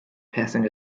passing